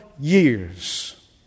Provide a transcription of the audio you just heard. years